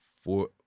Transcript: four